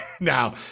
now